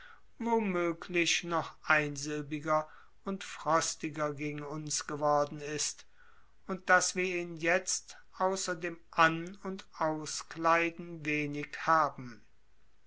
wo möglich noch einsilbiger und frostiger gegen uns geworden ist und daß wir ihn jetzt außer dem an und auskleiden wenig haben